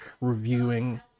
reviewing